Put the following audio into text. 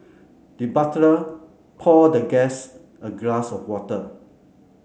the butler poured the guest a glass of water